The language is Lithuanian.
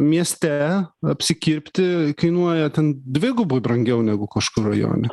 mieste apsikirpti kainuoja ten dvigubai brangiau negu kažkur rajone